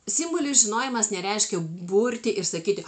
simbolių žinojimas nereiškia burti ir sakyti